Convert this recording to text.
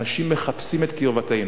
אנשים מחפשים את קרבתנו,